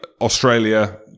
Australia